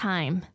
Time